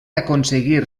aconseguir